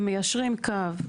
הם מיישרים קו.